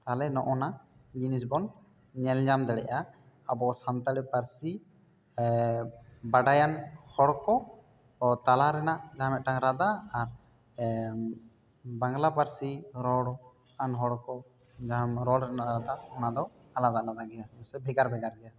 ᱛᱟᱦᱚᱠᱮ ᱱᱚᱝᱚᱱᱟᱜ ᱡᱤᱱᱤᱥ ᱵᱚᱱ ᱧᱮᱞ ᱧᱟᱢ ᱫᱟᱲᱮᱭᱟᱜᱼᱟ ᱟᱵᱚᱣᱟᱜ ᱥᱟᱱᱛᱟᱲᱤ ᱯᱟᱹᱨᱥᱤ ᱵᱟᱰᱟᱭᱟᱱ ᱦᱚᱲ ᱠᱚ ᱛᱟᱞᱟ ᱨᱮᱱᱟᱜ ᱡᱟᱦᱟᱸ ᱢᱤᱫᱴᱟᱝ ᱨᱟᱫᱟ ᱟᱨ ᱵᱟᱝᱞᱟ ᱯᱟᱹᱨᱥᱤ ᱨᱚᱲᱟᱱ ᱦᱚᱲ ᱠᱚ ᱡᱟᱦᱟᱸ ᱨᱚᱲ ᱨᱮᱱᱟᱜ ᱨᱟᱫᱟ ᱚᱱᱟ ᱫᱚ ᱟᱞᱟᱫᱟ ᱟᱞᱟᱫᱟ ᱜᱮᱭᱟ ᱥᱮ ᱵᱷᱮᱜᱟᱨ ᱵᱷᱮᱜᱟᱨ ᱜᱮᱭᱟ